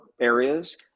areas